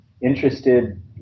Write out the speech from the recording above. interested